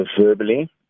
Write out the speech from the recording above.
verbally